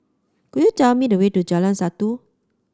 could you tell me the way to Jalan Satu